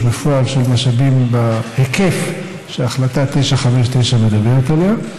בפועל של משאבים בהיקף שהחלטה 959 מדברת עליה,